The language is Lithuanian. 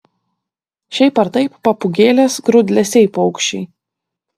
šiaip ar taip papūgėlės grūdlesiai paukščiai